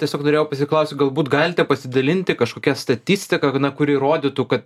tiesiog norėjau pasiklausti galbūt galite pasidalinti kažkokia statistika na kuri rodytų kad